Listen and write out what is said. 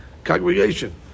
Congregation